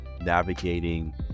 navigating